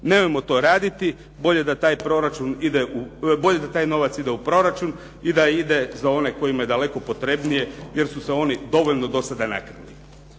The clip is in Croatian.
Nemojmo to raditi. Bolje da taj novac ide u proračun i da ide za one kojima je daleko potrebnije jer su se oni dovoljno do sada nakrali.